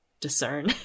discern